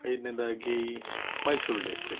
ಐದನೇದಾಗಿ Mysuru district